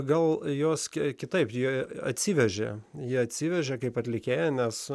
gal jos kiek kitaip jie atsivežė ją atsivežė kaip atlikėją nes